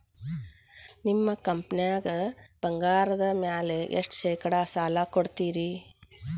ನಿಮ್ಮ ಕಂಪನ್ಯಾಗ ಬಂಗಾರದ ಮ್ಯಾಲೆ ಎಷ್ಟ ಶೇಕಡಾ ಸಾಲ ಕೊಡ್ತಿರಿ?